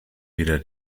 weder